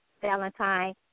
Valentine